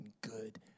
good